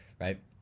right